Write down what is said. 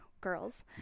girls